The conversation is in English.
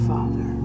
Father